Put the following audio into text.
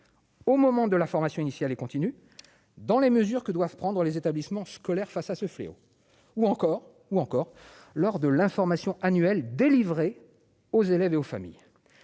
au moment de la formation initiale et continue dans les mesures que doivent prendre les établissements scolaires face à ce fléau ou encore ou encore lors de l'information annuelle délivré aux élèves et aux familles.